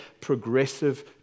progressive